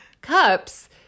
cups